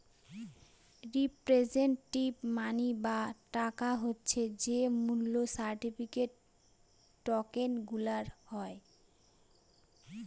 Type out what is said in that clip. representative money বা টাকা হচ্ছে যে মূল্য সার্টিফিকেট, টকেনগুলার হয়